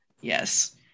Yes